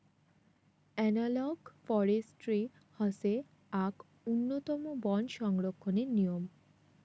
analogue forestry হসে আক উন্নতম বন সংরক্ষণের নিয়ম